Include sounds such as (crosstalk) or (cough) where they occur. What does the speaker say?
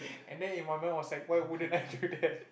and then in my mind was like (laughs) why wouldn't I do that